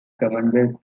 commonwealth